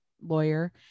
lawyer